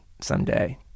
someday